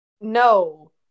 No